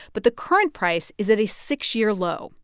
but the current price is at a six-year low.